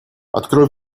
открой